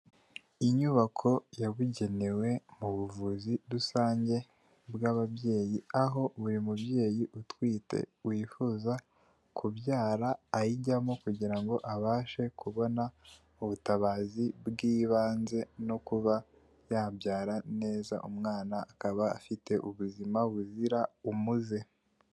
Inyubako yabugenewe mu buvuzi rusange bw'ababyeyi, aho buri mubyeyi utwite wifuza kubyara ayijyamo kugirango abashe kubona ubutabazi bw'ibanze no kuba yabyara neza umwana akaba afite ubuzima buzira umuze.